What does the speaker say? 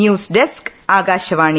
news desk Akashvani